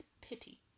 pity